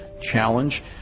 challenge